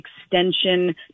extension